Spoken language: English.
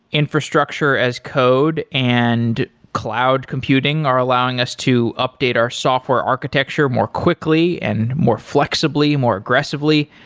infrastructure as code and cloud computing are allowing us to update our software architecture more quickly, and more flexibly, more aggressively.